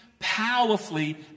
powerfully